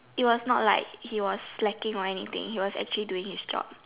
it was not like he was slacking or anything he was doing his job